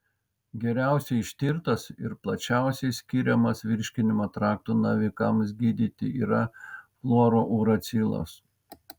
geriausiai ištirtas ir plačiausiai skiriamas virškinimo trakto navikams gydyti yra fluorouracilas